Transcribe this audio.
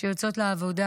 שיוצאות לעבודה